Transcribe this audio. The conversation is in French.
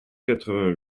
quatre